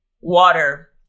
water